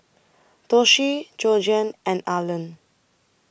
Doshie Georgiann and Arland